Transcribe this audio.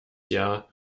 jahr